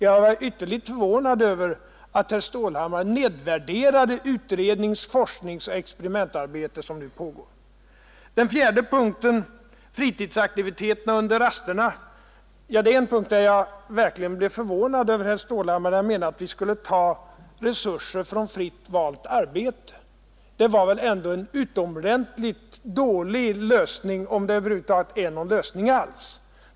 Jag är ytterligt förvånad över att herr Stålhammar nedvärderar det utrednings-, forskningsoch experimentarbete som nu pågår. Den fjärde punkten avsåg fritidsaktiviteterna under rasterna. Jag blev förvånad över att höra att herr Stålhammar menade att vi skulle ta resurser från fritt valt arbete. Det är väl ändå en utomordentligt dålig lösning, om det över huvud taget är någon lösning alls.